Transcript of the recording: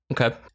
Okay